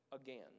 again